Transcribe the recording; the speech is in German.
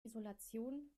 isolation